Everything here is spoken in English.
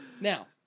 Now